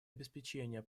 обеспечения